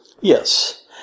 Yes